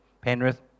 Penrith